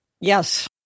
Yes